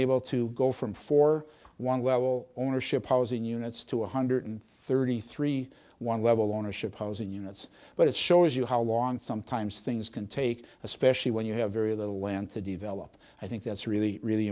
able to go from four one level ownership housing units to one hundred thirty three one level ownership housing units but it shows you how long sometimes things can take especially when you have very little land to develop i think that's really really